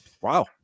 Wow